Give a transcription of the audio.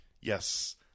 yes